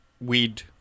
weed